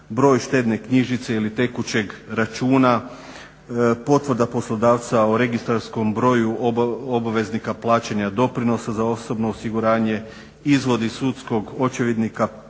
broj štedne knjižice ili tekućeg računa, potvrda poslodavca o registarskom broju obveznika plaćanja doprinosa za osobno osiguranje, izvod iz sudskog očevidnika